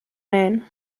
man